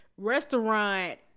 restaurant